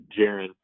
Jaron